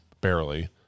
barely